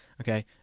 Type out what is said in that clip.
Okay